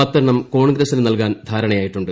പത്തെണ്ണം കോൺഗ്രസിന് നൽകാൻ ധാരണയായിട്ടുണ്ട്